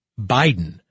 Biden